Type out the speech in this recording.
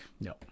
No